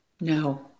No